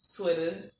Twitter